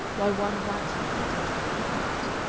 why one writes him sentences like that?